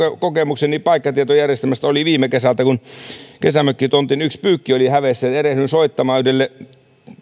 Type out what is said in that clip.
kokemukseni paikkatietojärjestelmästä oli viime kesältä kun yksi kesämökkitontin pyykki oli hävyksissä niin erehdyin soittamaan yhdelle